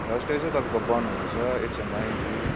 Thursday चाहिँ तपाईँको बन्द हुन्छ एचएमआई जू